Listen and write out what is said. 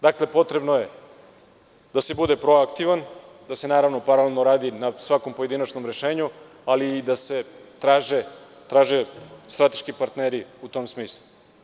Dakle, potrebno je da se bude proaktivan, da se paralelno radi na svakom pojedinačnom rešenju, ali i da se traže strateški partneri u tom smislu.